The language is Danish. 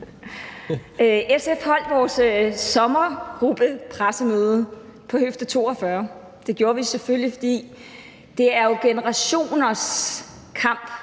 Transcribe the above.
SF holdt vi vores sommergruppepressemøde ved høfde 42, og det gjorde vi selvfølgelig, fordi det handler om generationers kamp